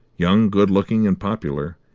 young, good-looking and popular,